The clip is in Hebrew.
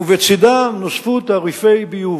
ובצדם נוספו תעריפי ביוב.